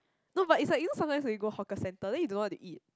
no but is like you know sometimes you go hawker centre then you don't know what to eat